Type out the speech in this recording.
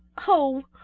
oh!